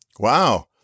Wow